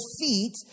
feet